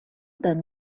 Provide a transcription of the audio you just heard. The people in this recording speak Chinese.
日本